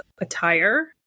attire